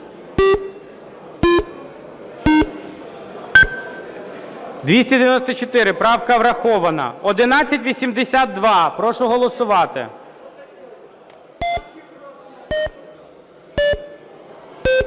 За-294 Правка врахована. 1182. Прошу голосувати.